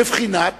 בבחינת